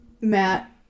Matt